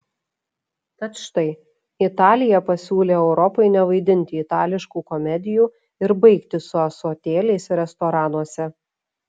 tad štai italija pasiūlė europai nevaidinti itališkų komedijų ir baigti su ąsotėliais restoranuose